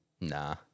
Nah